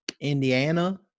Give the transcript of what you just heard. Indiana